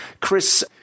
Chris